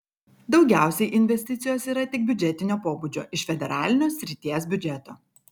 daugiausiai investicijos yra tik biudžetinio pobūdžio iš federalinio srities biudžeto